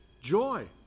joy